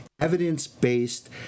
evidence-based